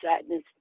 sadness